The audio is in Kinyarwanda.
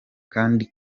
kandi